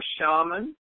shaman